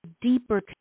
deeper